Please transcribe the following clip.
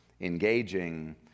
engaging